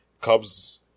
Cubs